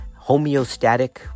homeostatic